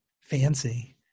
fancy